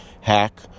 hack